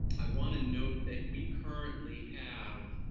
i wanna note that we currently have,